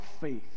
faith